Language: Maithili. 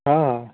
हँ हँ